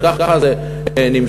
וככה זה נמשך.